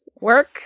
work